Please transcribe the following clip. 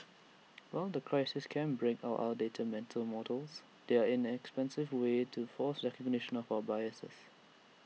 while crises can break our outdated mental models they are in an expensive way to force recognition of our biases